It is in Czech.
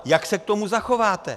Jak se k tomu zachováte?